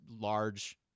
large